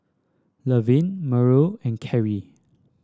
Lavelle Mallory and Kerry